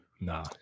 Nah